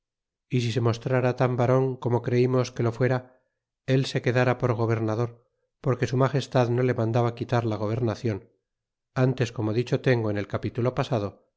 y si se mostrara tan varon como creim os que lo fuera el se quedara por gobernador porque su magestad no le mandaba quitar la gobernacion ntes como dicho tengo en el capítulo pasado